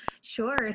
Sure